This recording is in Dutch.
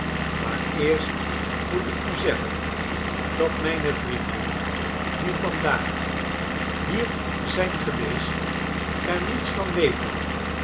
maar eerst moet ik u zeggen dat mijne vrienden die vandaag hier zijn geweest er niets van weten